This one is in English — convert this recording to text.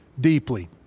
deeply